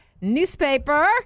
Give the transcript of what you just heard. newspaper